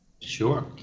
sure